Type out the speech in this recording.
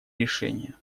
решения